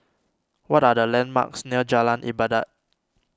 what are the landmarks near Jalan Ibadat